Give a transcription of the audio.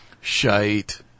Shite